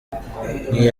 nk’iyo